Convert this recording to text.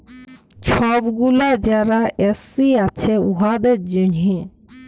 ছব গুলা যারা এস.সি আছে উয়াদের জ্যনহে